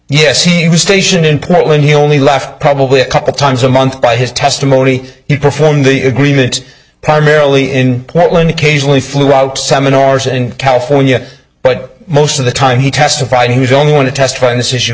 yes station in portland he only left probably a couple times a month by his testimony he performed the agreement primarily in portland occasionally flew out seminars in california but most of the time he testified he was only going to testify on this issue